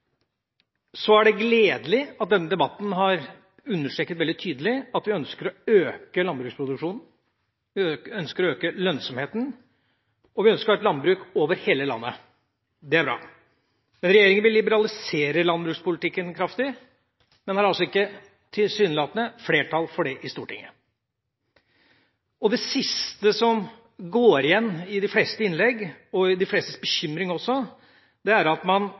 Så er det gledelig at denne debatten har understreket veldig tydelig at vi ønsker å øke landbruksproduksjonen, vi ønsker å øke lønnsomheten, og vi ønsker å ha et landbruk over hele landet. Det er bra. Men regjeringa vil liberalisere landbrukspolitikken kraftig. Men det er altså – tilsynelatende – ikke flertall for det i Stortinget. Det siste som går igjen i de fleste innlegg, og er de flestes bekymring også, er at man